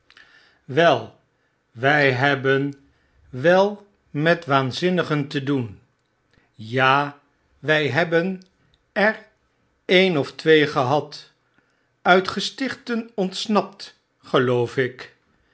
b e n wel met wmm mmmm waanzinnigen te doen ja wy hebben er een of twee gehad uit gestichten ontsnapt geloof ik